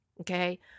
Okay